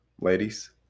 Ladies